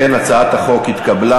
אם כן, הצעת החוק התקבלה.